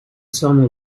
summer